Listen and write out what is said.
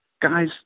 Guys